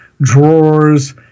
drawers